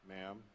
Ma'am